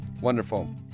Wonderful